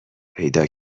پیدا